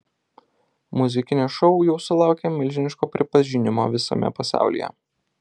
muzikinis šou jau sulaukė milžiniško pripažinimo visame pasaulyje